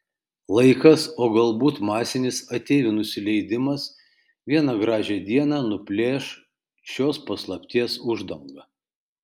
laikas o galbūt masinis ateivių nusileidimas vieną gražią dieną nuplėš šios paslapties uždangą